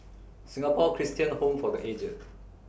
Singapore Christian Home For The Aged